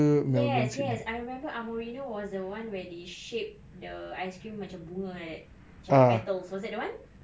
yes yes I remember amorino was the one where they shape the ice cream macam bunga like that macam the petals was that the one